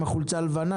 עם החולצה הלבנה,